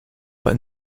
but